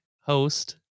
host